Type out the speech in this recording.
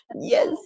Yes